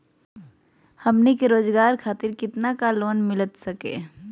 हमनी के रोगजागर खातिर कितना का लोन मिलता सके?